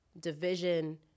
division